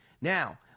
Now